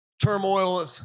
turmoil